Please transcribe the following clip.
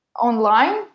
online